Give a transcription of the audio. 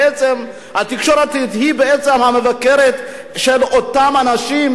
התקשורת היא בעצם המבקרת של אותם אנשים